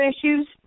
issues